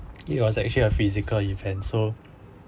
it was actually a physical event so